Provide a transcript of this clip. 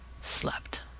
slept